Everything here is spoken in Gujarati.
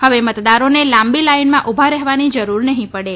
હવે મતદારોને લાંબી લાઇનમાં ઊભા રહેવાની જરૂર નહીં પડે